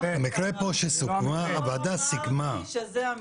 המקרה פה שהוועדה סיכמה --- לא אמרתי שזה המקרה,